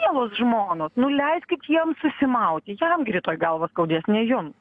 mielos žmonos nu leiskit jiem susimauti jam rytoj galvą skaudės ne jums